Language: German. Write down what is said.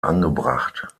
angebracht